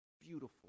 beautiful